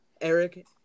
Eric